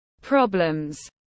problems